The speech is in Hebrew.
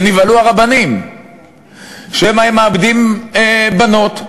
נבהלו הרבנים שמא הם מאבדים בנות.